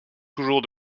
toujours